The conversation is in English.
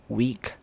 week